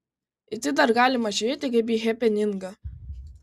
į tai dar galima žiūrėti kaip į hepeningą